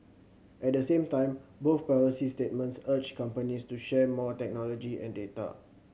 at the same time both policy statements urged companies to share more technology and data